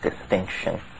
distinction